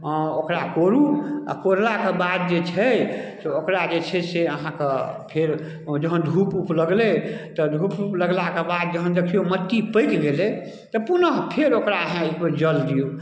अऽ ओकरा कोड़ू अऽ कोड़लाक बाद जे छै से ओकरा जे छै से अहाँके फेर ओ जहन धूप उप लगलै तऽ धूप उप लगलाके बाद जहन देखियौ मट्टी पाकि गेलै तऽ पुनः फेर ओकरा अहाँ एकबेर जल दियौ